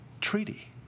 treaty